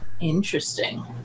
Interesting